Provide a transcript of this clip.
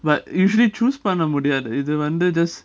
but usually choose பண்ண முடியாது இது வந்து:panna mudiathu idhu vandhu just